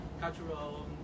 cultural